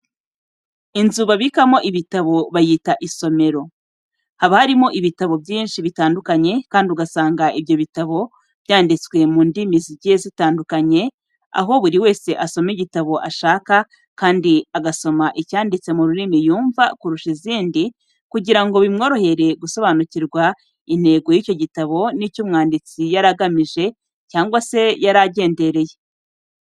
Inzu babikamo ibitabo bayita isomero. Haba harimo ibitabo byinshi bitandukanye kandi ugasanga ibyo bitabo byanditswe mu ndimi zigiye zitandukanye aho buri wese asoma igitabo ashaka kandi agasoma icyanditse mu rurimi yumva kurusha izindi kugira ngo bimworohere gusobanukirwa intego y'icyo gitabo n'icyo umwanditsi yari agamije cyangwa se yaragendereye.